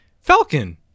Falcon